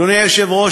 אדוני היושב-ראש,